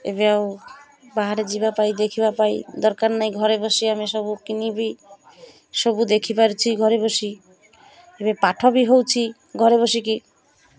ଏବେ ଆଉ ବାହାରେ ଯିବା ପାଇଁ ଦେଖିବା ପାଇଁ ଦରକାର ନାଇଁ ଘରେ ବସି ଆମେ ସବୁ କିଣିବି ସବୁ ଦେଖିପାରୁଛି ଘରେ ବସି ଏବେ ପାଠ ବି ହେଉଛି ଘରେ ବସିକି